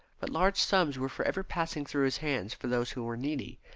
but large sums were for ever passing through his hands for those who were needy,